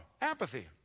Apathy